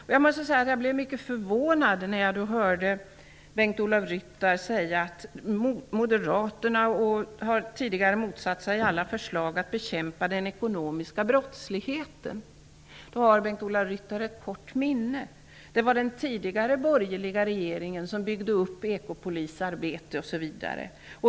Därför blev jag mycket förvånad när jag hörde Bengt-Ola Ryttar säga att Moderaterna tidigare har motsatt sig alla förslag för att bekämpa den ekonomiska brottsligheten. Då har Bengt-Ola Ryttar ett kort minne. Det var den tidigare borgerliga regeringen som byggde upp ekopolisarbete osv.